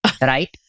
right